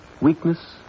Weakness